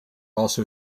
also